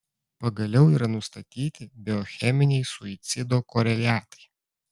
pagaliau yra nustatyti biocheminiai suicido koreliatai